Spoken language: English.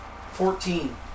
Fourteen